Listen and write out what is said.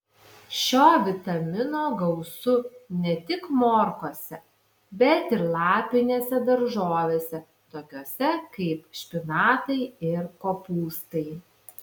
šio vitamino gausu ne tik morkose bet ir lapinėse daržovėse tokiose kaip špinatai ir kopūstai